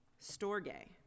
Storge